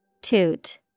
Toot